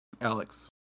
alex